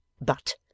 But